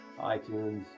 iTunes